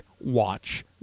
watch